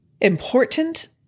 important